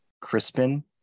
Crispin